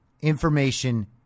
information